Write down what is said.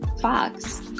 Fox